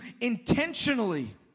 intentionally